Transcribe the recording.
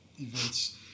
events